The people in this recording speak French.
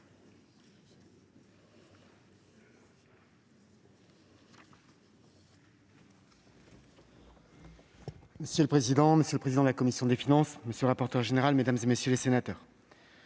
Monsieur le président, monsieur le président de la commission des finances, monsieur le rapporteur général, mesdames, messieurs les présidents